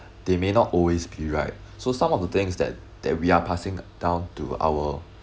they may not always be right so some of the things that that we are passing down to our